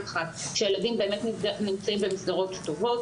אחת שהילדים באמת נמצאים במסגרות טובות.